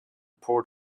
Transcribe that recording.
port